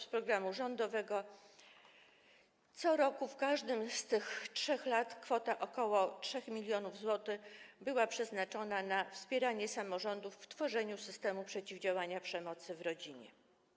Z programu rządowego w każdym roku z tych trzech lat kwota ok. 3 mln zł była przeznaczona na wspieranie samorządów w tworzeniu systemu przeciwdziałania przemocy w rodzinie.